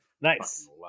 Nice